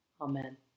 Amen